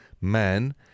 man